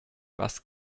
was